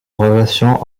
relation